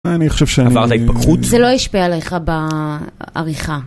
אני חושב ש.. - עברת התפכחות? - זה לא ישפיע עליך בעריכה.